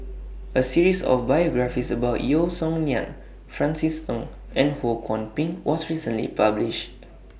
A series of biographies about Yeo Song Nian Francis Ng and Ho Kwon Ping was recently published